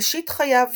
ראשית חייו